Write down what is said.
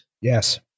Yes